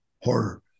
horror